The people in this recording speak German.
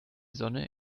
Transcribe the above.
sonne